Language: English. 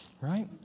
right